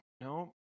No